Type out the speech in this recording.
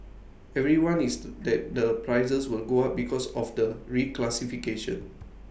everyone is that the prices will go up because of the reclassification